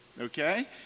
Okay